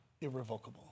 irrevocable